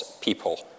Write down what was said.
people